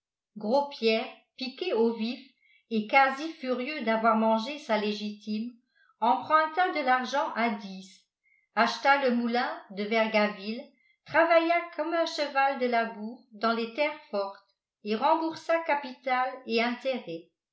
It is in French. gros pierre piqué au vif et quasi furieux d'avoir mangé sa légitime emprunta de l'argent à dix acheta le moulin de vergaville travailla comme un cheval de labour dans les terres fortes et remboursa capital et intérêts